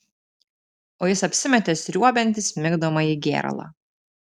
o jis apsimetė sriuobiantis migdomąjį gėralą